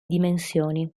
dimensioni